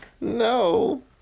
No